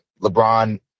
LeBron